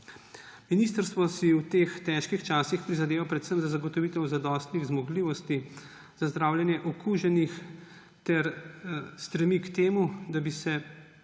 Ministrstvo si v teh težkih časih prizadeva predvsem za zagotovitev zadostnih zmogljivosti za zdravljenje okuženih ter stremi k temu, da bi se